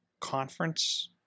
conference